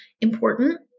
important